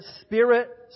spirit